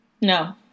no